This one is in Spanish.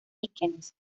líquenes